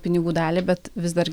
pinigų dalį bet vis dar